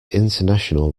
international